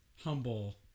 humble